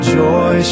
joy